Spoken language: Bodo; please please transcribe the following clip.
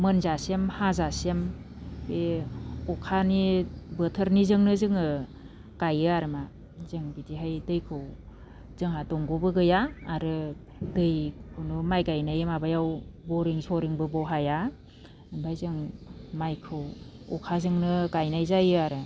मोनजासिम हाजासिम बे अखानि बोथोरनिजोंनो जोङो गायो आरोमा जों बिदिहाय दैखौ जोंहा दंग'बो गैया आरो दै खुनु माइ गायनाय माबायाव बरिं सरिंबो बहाया ओमफाय जों माइखौ अखाजोंनो गायनाय जायो आरो